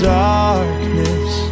darkness